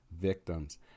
victims